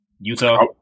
Utah